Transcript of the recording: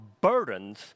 burdens